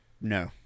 no